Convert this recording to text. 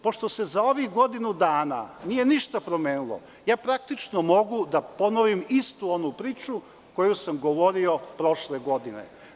Pošto se za ovih godinu dana nije ništa promenilo, ja praktično mogu da ponovim istu onu priču koju sam govorio prošle godine.